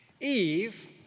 Eve